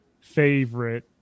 favorite